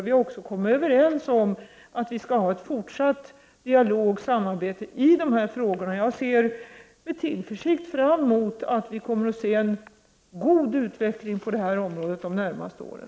Vi har också kommit överens om att vi skall ha ett fortsatt samarbete i de här frågorna. Jag ser med tillförsikt fram mot att vi kommer att få se en god utveckling på det här området under de närmaste åren.